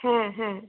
হ্যাঁ হ্যাঁ